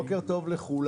בוקר טוב לכולם.